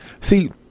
See